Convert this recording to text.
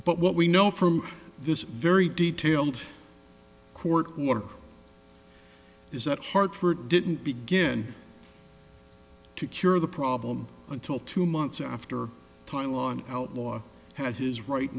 but what we know from this very detailed court water is that hartford didn't begin to cure the problem until two months after pylon outlaw had his right